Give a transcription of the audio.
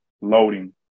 loading